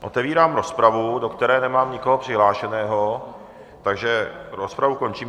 Otevírám rozpravu, do které nemám nikoho přihlášeného, takže rozpravu končím.